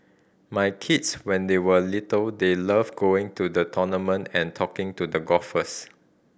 my kids when they were little they loved going to the tournament and talking to the golfers